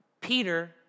Peter